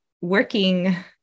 working